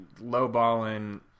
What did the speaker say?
lowballing